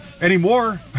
anymore